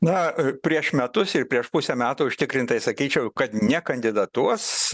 na prieš metus ir prieš pusę metų užtikrintai sakyčiau kad nekandidatuos